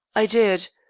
i did.